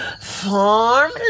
Farm